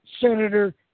Senator